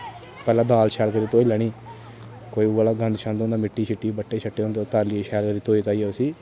पैह्लें दाल शैल करियै धोई लेनी कोई उ'ऐ लेहा गंद शंद होंदा मिट्टी शिट्टी बट्टे शट्टे होंदे तालियै शैल करियै धोई धाइयै उसी